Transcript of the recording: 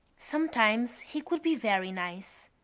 sometimes he could be very nice.